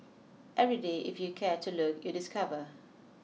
every day if you care to look you discover